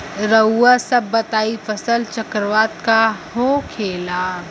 रउआ सभ बताई फसल चक्रवात का होखेला?